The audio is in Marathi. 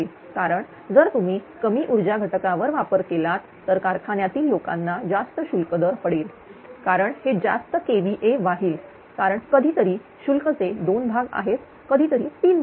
कारण जर तुम्ही कमी ऊर्जा घटकावर वापर केलात तर कारखान्यातील लोकांना जास्त शुल्क दर पडेल कारण हे जास्त kVA वाहील कारण कधीतरी शुल्क चे दोन भाग आहेत कधीतरी तीन भाग आहेत